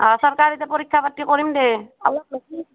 অঁ চৰকাৰীতে এতিয়া পৰীক্ষা পাতি কৰিম দে অলপ ৰখি